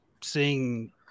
seeing